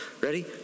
ready